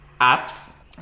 apps